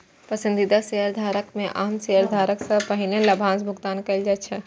पसंदीदा शेयरधारक कें आम शेयरधारक सं पहिने लाभांशक भुगतान कैल जाइ छै